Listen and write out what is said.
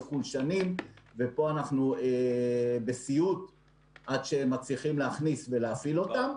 שבחו"ל שנים ופה אנחנו בסיוט עד שמצליחים להכניס ולהפעיל אותם,